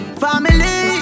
family